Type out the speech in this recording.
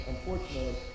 Unfortunately